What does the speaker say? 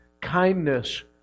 kindness